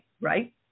right